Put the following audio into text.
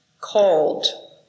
called